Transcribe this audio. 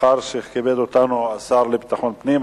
מאחר שכיבד אותנו השר לביטחון הפנים,